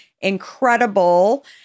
incredible